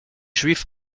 juif